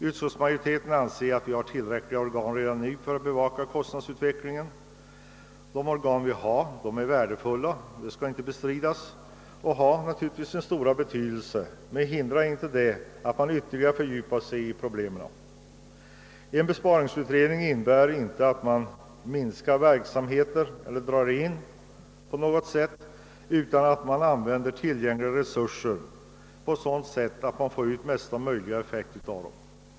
Utskottsmajoriteten anser att vi redan nu har tillräckligt med organ för att bevaka kostnadsutvecklingen. De organ som vi har är värdefulla — det skall inte bestridas — och de har naturligtvis sin stora betydelse, men det hindrar inte att man ytterligare fördjupar sig i dessa problem. En besparingsutredning innebär inte att man minskar verksamheter eller gör indragningar utan att tillgängliga resurser används på sådant sätt att man får ut mesta möjliga effekt av dem.